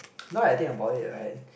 now I think about it right